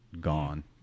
gone